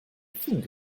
think